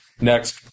next